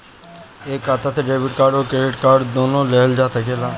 एक खाता से डेबिट कार्ड और क्रेडिट कार्ड दुनु लेहल जा सकेला?